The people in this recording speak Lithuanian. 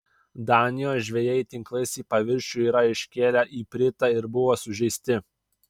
danijos žvejai tinklais į paviršių yra iškėlę ipritą ir buvo sužeisti